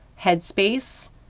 headspace